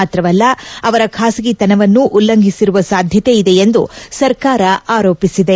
ಮಾತ್ರವಲ್ಲ ಅವರ ಖಾಸಗಿತನವನ್ನು ಉಲ್ಲಂಘಿಸಿರುವ ಸಾಧ್ಯತೆಯಿದೆ ಎಂದು ಸರ್ಕಾರ ಆರೋಪಿಸಿದೆ